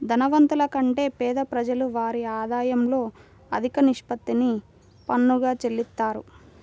ధనవంతుల కంటే పేద ప్రజలు వారి ఆదాయంలో అధిక నిష్పత్తిని పన్నుగా చెల్లిత్తారు